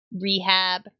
rehab